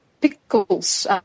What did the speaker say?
Pickles